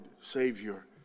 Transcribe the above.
Savior